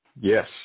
Yes